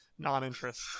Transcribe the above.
non-interest